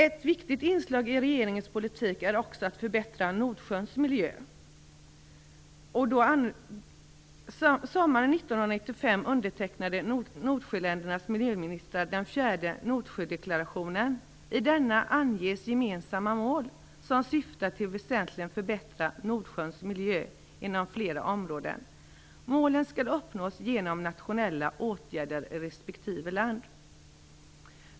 Ett viktigt inslag i regeringens politik är också att förbättra Nordsjöns miljö. Sommaren 1995 undertecknade Nordsjöländernas miljöministrar den fjärde Nordsjödeklarationen. I denna anges gemensamma mål som syftar till att väsentligen förbättra Nordsjöns miljö inom flera områden. Målen skall uppnås genom nationella åtgärder i respektive land.